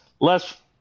less